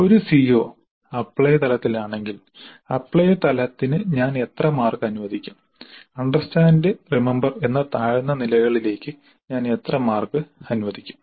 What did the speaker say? ഒരു CO apply തലത്തിലാണെങ്കിൽ apply തലത്തിന് ഞാൻ എത്ര മാർക്ക് അനുവദിക്കും അണ്ടർസ്റ്റാൻഡ് റിമമ്പർ എന്ന താഴ്ന്ന നിലകളിലേക്ക് ഞാൻ എത്ര മാർക്ക് അനുവദിക്കും